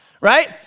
right